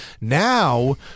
Now